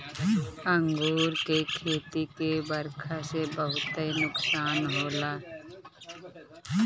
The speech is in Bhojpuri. अंगूर के खेती के बरखा से बहुते नुकसान होला